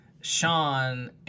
Sean